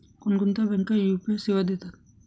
कोणकोणत्या बँका यू.पी.आय सेवा देतात?